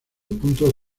puntos